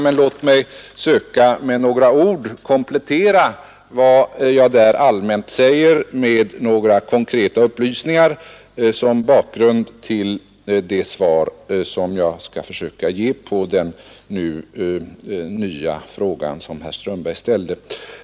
Låt mig komplettera vad jag där säger med några konkreta upplysningar som bakgrund till det svar jag skall försöka ge på de nya frågor herr Strömberg ställde.